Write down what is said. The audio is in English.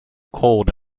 cold